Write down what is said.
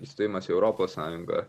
įstojimas į europos sąjungą